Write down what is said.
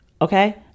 Okay